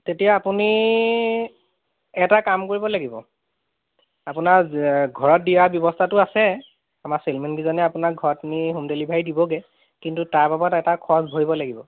তেতিয়া আপুনি এটা কাম কৰিব লাগিব আপোনাৰ ঘৰত দিয়া ব্যৱস্থাটো আছে আমাৰ চেলমেন কেইজনে আপোনাৰ ঘৰত নি হ'ম ডেলিভাৰী দিবগৈ কিন্তু তাৰ বাবদ এটা খৰচ ভৰিব লাগিব